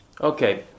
Okay